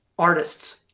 artists